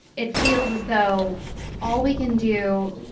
it feels as though all we can do